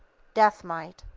death might.